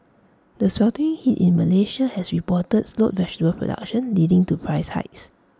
the sweltering heat in Malaysia has reportedly slowed vegetable production leading to price hikes